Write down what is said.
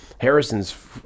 harrison's